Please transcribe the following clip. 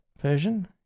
version